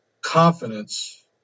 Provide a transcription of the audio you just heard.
confidence